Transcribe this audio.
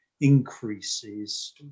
increases